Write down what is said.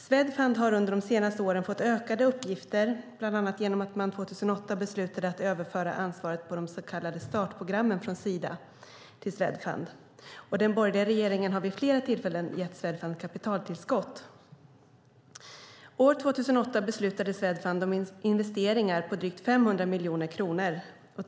Swedfund har under de senaste åren fått utökade uppgifter, bland annat genom att man 2008 beslutade att överföra ansvaret för de så kallade startprogrammen från Sida till Swedfund, och den borgerliga regeringen har vid flera tillfällen gett Swedfund kapitaltillskott. År 2008 beslutade Swedfund om investeringar på drygt 500 miljoner kronor.